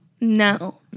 No